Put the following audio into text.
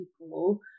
people